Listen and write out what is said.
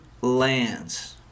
lands